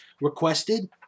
requested